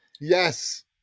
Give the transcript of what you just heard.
Yes